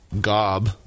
Gob